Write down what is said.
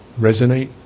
resonate